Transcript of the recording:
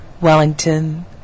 Wellington